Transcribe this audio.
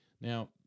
Now